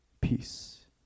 peace